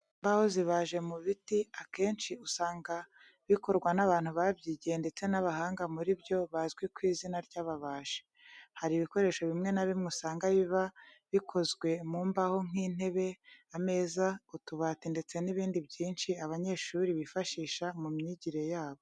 Imbaho zibaje mu biti akenshi usanga bikorwa n'abantu babyigiye ndetse b'abahanga muri byo bazwi ku izina ry'ababaji. Hari ibikoresho bimwe na bimwe usanga biba bikozwe mu mbaho nk'intebe, ameza, utubati ndetse n'ibindi byinshi abanyeshuri bifashisha mu myigire yabo.